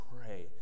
pray